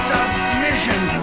Submission